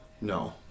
No